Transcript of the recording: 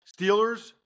Steelers